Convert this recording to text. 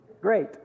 Great